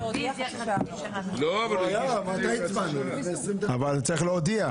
--- אבל צריך להודיע.